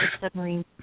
submarine